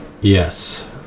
Yes